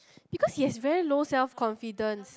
because he has very low self confidence